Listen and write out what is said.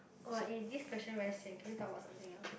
!wah! eh this question very sian can we talk about something else